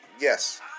yes